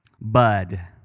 Bud